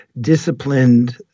disciplined